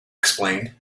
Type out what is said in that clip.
explained